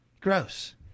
Gross